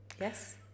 yes